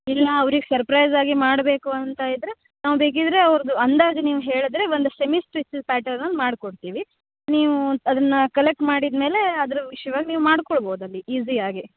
ಇಲ್ಲ ಅವ್ರಿಗೆ ಸರ್ಪ್ರೈಸಾಗಿ ಮಾಡಬೇಕು ಅಂತ ಇದ್ದರೆ ನಾವು ಬೇಕಿದ್ದರೆ ಅವರದ್ದು ಅಂದಾಜು ನೀವು ಹೇಳಿದ್ರೆ ಒಂದು ಸೆಮಿ ಸ್ಟಿಚಸ್ ಪ್ಯಾಟರ್ನ್ ಮಾಡಿಕೊಡ್ತೀವಿ ನೀವೂ ಅದನ್ನು ಕಲೆಕ್ಟ್ ಮಾಡಿದಮೇಲೇ ಅದ್ರ ವಿಷಯವಾಗಿ ನೀವು ಮಾಡಿಕೊಳ್ಬೋದಲ್ಲಿ ಈಜಿ಼ಯಾಗಿ